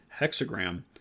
hexagram